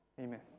Amen